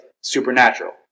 Supernatural